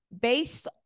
based